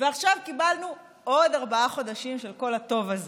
ועכשיו קיבלנו עוד ארבעה חודשים של כל הטוב הזה.